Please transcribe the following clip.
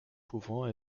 pouvant